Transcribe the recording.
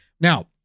Now